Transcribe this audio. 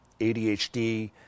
ADHD